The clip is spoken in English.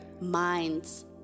minds